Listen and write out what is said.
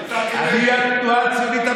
אתה חלק מהתנועה הציונית?